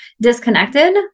disconnected